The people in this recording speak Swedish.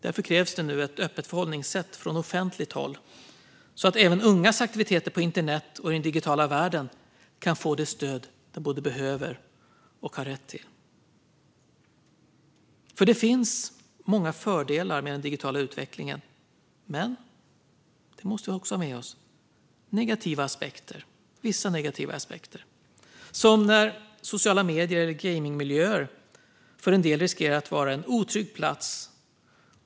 Därför krävs det nu ett öppet förhållningssätt från offentligt håll, så att även ungas aktiviteter på internet och i den digitala världen kan få det stöd de både behöver och har rätt till. Det finns många fördelar med den digitala utvecklingen, men även - det måste vi också ha med oss - vissa negativa aspekter, som när sociala medier eller gejmingmiljöer för en del riskerar att vara en otrygg plats.